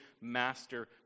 master